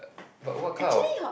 but what kind of